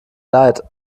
leid